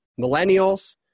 millennials